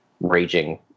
raging